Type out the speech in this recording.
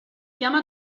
llama